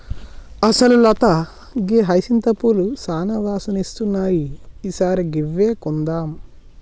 అసలు లత గీ హైసింత పూలు సానా వాసన ఇస్తున్నాయి ఈ సారి గివ్వే కొందాం